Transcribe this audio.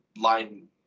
line